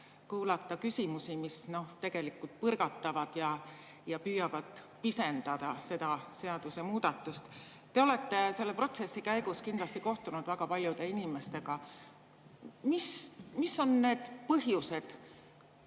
kuulata küsimusi, mis tegelikult põrgatavad [palli] ja püüavad pisendada seda seadusemuudatust. Te olete selle protsessi käigus kindlasti kohtunud väga paljude inimestega. Mis on need põhjused,